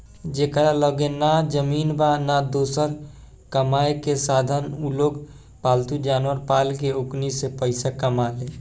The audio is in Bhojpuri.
जेकरा लगे ना जमीन बा, ना दोसर कामायेके साधन उलोग पालतू जानवर पाल के ओकनी से पईसा कमाले